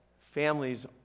families